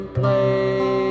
play